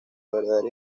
verdadera